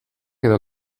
edo